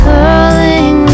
Curling